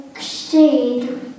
shade